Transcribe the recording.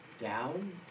down